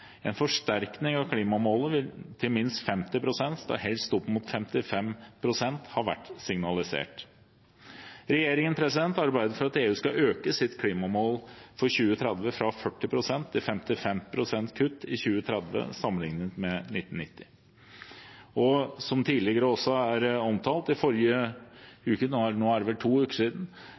En forsterkning av klimamålet til minst 50 pst. – og helst opp mot 55 pst. – har vært signalisert. Regjeringen arbeider for at EU skal øke sitt klimamål for 2030 fra 40 pst. til 55 pst. kutt i 2030 sammenlignet med 1990. Som tidligere også omtalt – nå er det vel to uker siden